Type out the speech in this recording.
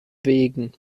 wegen